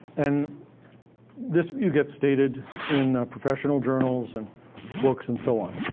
and this you get stated in professional journals and books and so on.